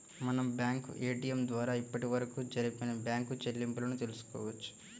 మనం bank ATM ద్వారా అప్పటివరకు జరిపిన బ్యేంకు చెల్లింపులను తెల్సుకోవచ్చు